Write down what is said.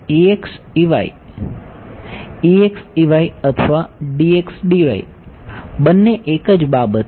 અથવા બંને એક જ બાબત છે